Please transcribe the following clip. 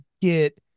get